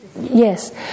Yes